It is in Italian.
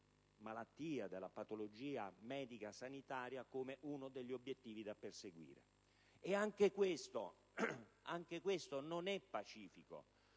mondo della patologia medico-sanitaria come uno degli obiettivi da perseguire. Anche questo non è pacifico,